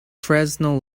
fresnel